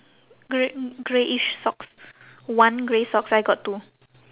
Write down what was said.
grey greyish socks one grey socks I got two